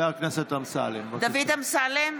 חבר הכנסת) דוד אמסלם,